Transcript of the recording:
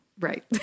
Right